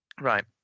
Right